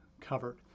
covered